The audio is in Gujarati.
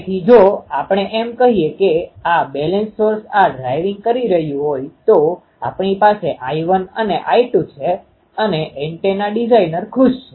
તેથી જો આપણે એમ કરીએ કે આ બેલેન્સ્ડ સોર્સ આ ડ્રાઇવિંગ કરી રહ્યું હોય તો આપણી પાસે I1અને I2 છે અને એન્ટેના ડિઝાઇનર ખુશ છે